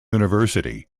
university